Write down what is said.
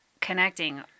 connecting